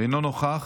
אינו נוכח,